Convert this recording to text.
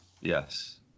Yes